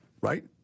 right